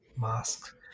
mask